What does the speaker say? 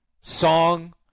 song